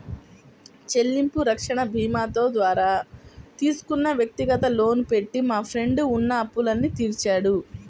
చెల్లింపు రక్షణ భీమాతో ద్వారా తీసుకున్న వ్యక్తిగత లోను పెట్టి మా ఫ్రెండు ఉన్న అప్పులన్నీ తీర్చాడు